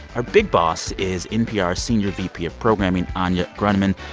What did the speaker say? our big boss is npr's senior vp of programming, anya grundmann.